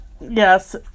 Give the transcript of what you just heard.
yes